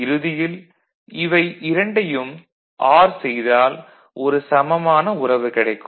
இறுதியில் இவை இரண்டையும் ஆர் செய்தால் ஒரு சமமான உறவு கிடைக்கும்